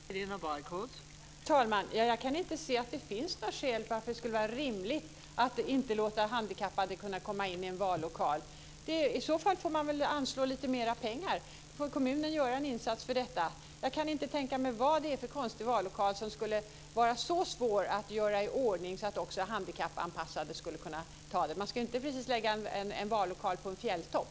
Fru talman! Jag kan inte se att det finns något skäl till att det skulle vara rimligt att inte låta handikappade kunna komma in i en vallokal. I så fall får man väl anslå lite mer pengar. Kommunen får göra en insats för detta. Jag kan inte tänka mig vad det är för konstig vallokal som skulle vara så svår att göra i ordning för att också handikappade skulle kunna ta sig in. Man ska inte precis lägga en vallokal på en fjälltopp.